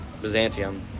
Byzantium